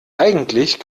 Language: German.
eigentlich